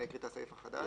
אני אקריא את הסעיף החדש.